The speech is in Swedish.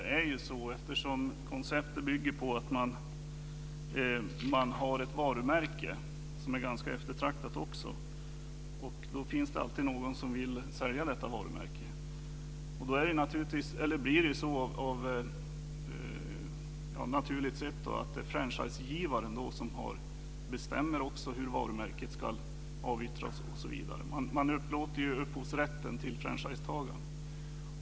Fru talman! Konceptet bygger ju på att man har ett varumärke - ett varumärke som dessutom är ganska eftertraktat. Alltid finns det någon som vill sälja detta varumärke. Naturligen blir det då franchisegivaren som bestämmer också hur varmärket ska avyttras osv. Man upplåter ju upphovsrätten till franchisetagaren.